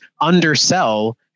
undersell